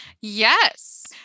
Yes